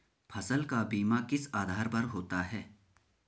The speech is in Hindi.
फसल का बीमा किस आधार पर होता है?